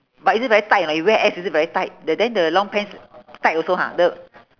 but is it very tight or not you wear S is it very tight the then the long pants tight also ha the